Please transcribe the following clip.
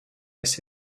assez